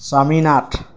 Chami Nath